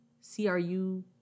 C-R-U